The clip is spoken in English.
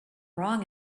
wrong